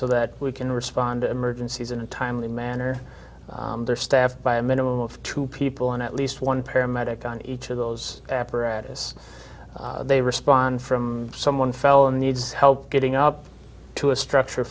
so that we can respond to emergencies in a timely manner they're staffed by a minimum of two people and at least one paramedic on each of those apparatus they respond from someone fell and needs help getting up to a structure